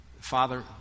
father